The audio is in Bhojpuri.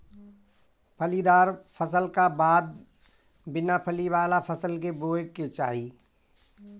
फलीदार फसल का बाद बिना फली वाला फसल के बोए के चाही